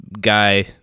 guy